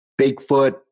Bigfoot